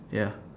ya